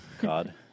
God